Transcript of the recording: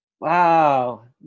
wow